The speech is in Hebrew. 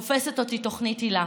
תופסת אותי תוכנית היל"ה,